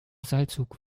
seilzug